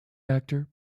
actor